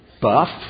buff